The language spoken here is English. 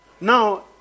Now